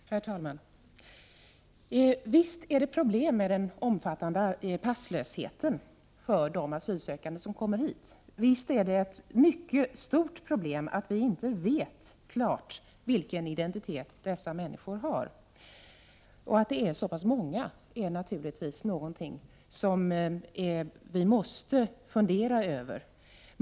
Herr talman! Visst är det problem med den omfattande passlösheten för de asylsökande som kommer hit. Visst är det ett mycket stort problem att vi inte vet klart vilken identitet dessa människor har. Att de är så pass många är naturligtvis någonting vi måste fundera över.